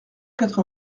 quatre